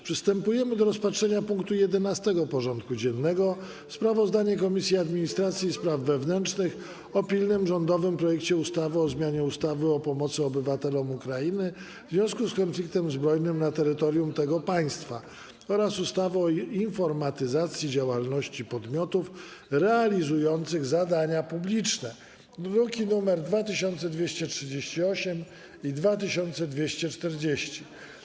Przystępujemy do rozpatrzenia punktu 11. porządku dziennego: Sprawozdanie Komisji Administracji i Spraw Wewnętrznych o pilnym rządowym projekcie ustawy o zmianie ustawy o pomocy obywatelom Ukrainy w związku z konfliktem zbrojnym na terytorium tego państwa oraz ustawy o informatyzacji działalności podmiotów realizujących zadania publiczne (druki nr 2238 i 2240)